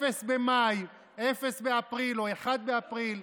אפס במאי, אפס באפריל, או אחד באפריל,